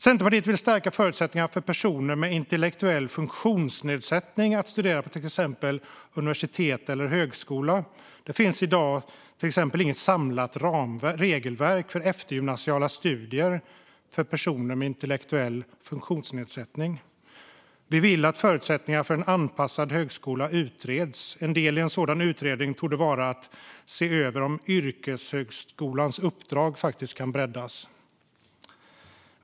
Centerpartiet vill stärka förutsättningarna för personer med intellektuell funktionsnedsättning att studera på till exempel universitet eller högskola. Det finns i dag inget samlat regelverk för eftergymnasiala studier för personer med intellektuell funktionsnedsättning. Vi vill att förutsättningarna för en anpassad högskola utreds. En del i en sådan i utredning torde vara att se över om yrkeshögskolans uppdrag kan breddas.